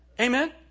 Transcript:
Amen